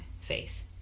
faith